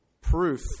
proof